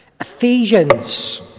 Ephesians